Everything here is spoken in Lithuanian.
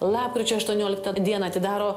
lapkričio aštuonioliktą dieną atidaro